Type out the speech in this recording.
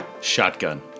Shotgun